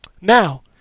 Now